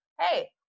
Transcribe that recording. hey